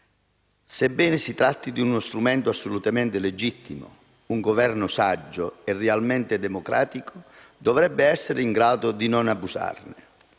Sebbene si tratti di uno strumento assolutamente legittimo, un Governo saggio e realmente democratico dovrebbe essere in grado di non abusarne.